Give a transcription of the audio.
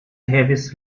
heaviest